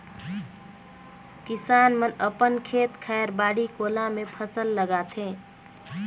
किसान मन अपन खेत खायर, बाड़ी कोला मे फसल लगाथे